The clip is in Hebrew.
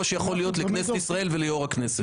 שיכול להיות לכנסת ישראל ויו"ר הכנסת.